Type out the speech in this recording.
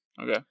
Okay